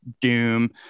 doom